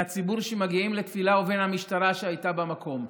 הציבור שמגיע לתפילה ובין המשטרה שהייתה במקום.